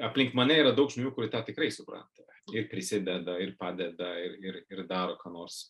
aplink mane yra daug žmonių kurie tą tikrai supranta ir prisideda ir padeda ir ir ir daro ką nors